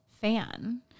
fan